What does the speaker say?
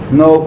no